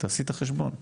תעשי את החשבון,